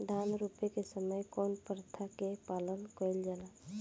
धान रोपे के समय कउन प्रथा की पालन कइल जाला?